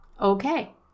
Okay